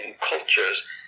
cultures